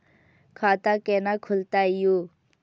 खाता केना खुलतै यो